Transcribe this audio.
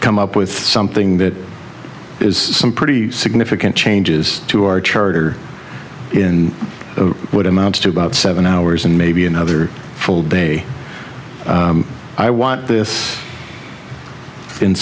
come up with something that is some pretty significant changes to our charter in what amounts to about seven hours and maybe another full day i want this in